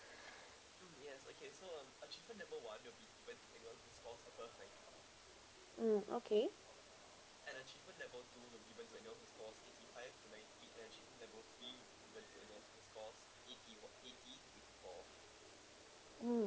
mm okay mm